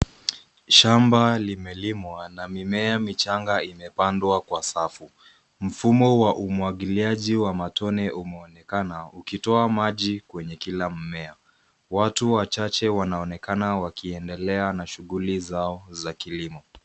Shamba limelimwa na mimea michanga imepandwa kwa safu. Mfumo wa umwagiliaji wa matone umeonekana ukitoa maji kwenye kila mmea. Watu wachache wanaonekana wakiendelea na shughuli zao za kilimo.